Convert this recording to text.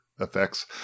effects